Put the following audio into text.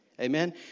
amen